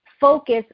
focus